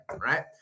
right